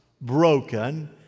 broken